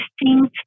distinct